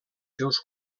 seus